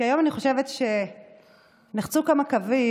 כי היום אני חושבת שנחצו כמה קווים,